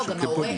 לא,